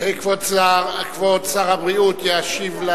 כבוד שר הבריאות ישיב.